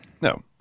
No